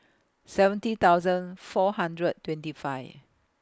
seventy thousand four hundred twenty five